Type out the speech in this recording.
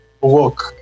work